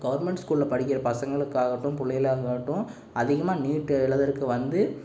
government ஸ்கூல்ல படிக்கிற பசங்களுக்காகட்டும் பிள்ளைகளுக்காகட்டும் அதிகமாக நீட் எழுதுறதுக்கு வந்து